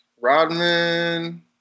Rodman